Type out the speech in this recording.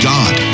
God